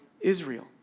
Israel